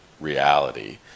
reality